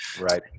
Right